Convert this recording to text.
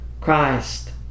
Christ